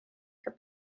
her